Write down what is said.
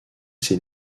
ses